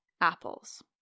apples